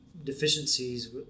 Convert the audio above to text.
deficiencies